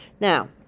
Now